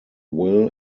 will